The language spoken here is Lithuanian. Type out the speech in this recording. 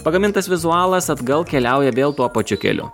pagamintas vizualuma atgal keliauja vėl tuo pačiu keliu